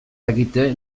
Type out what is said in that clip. dakite